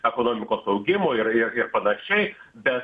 ekonomikos augimo ir ir ir panašiai bet